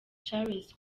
charles